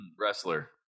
wrestler